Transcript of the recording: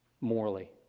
Morally